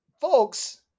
folks